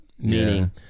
Meaning